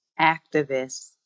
activists